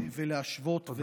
ולהשוות.